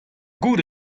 gouzout